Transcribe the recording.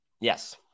Yes